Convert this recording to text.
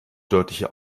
deutliche